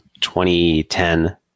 2010